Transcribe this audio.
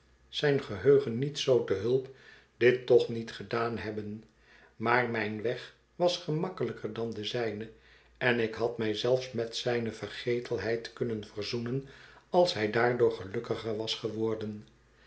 zijn geheugen niet zoo te hulp dit toch niet gedaan hebben maar mijn weg was gemakkelijker dan de zijne en ik had mij zelfs met zijne vergetelheid kunnen verzoenen als hij daardoor gelukkiger was geworden